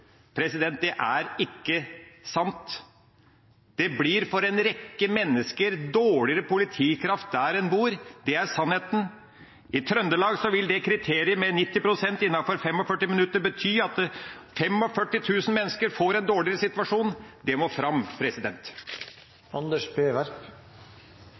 Det er ikke sant. Det blir for en rekke mennesker dårligere politikraft der en bor, det er sannheten. I Trøndelag vil kriteriet med 90 pst. innenfor 45 minutter bety at 45 000 mennesker får en dårligere situasjon. Det må